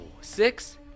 six